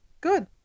Good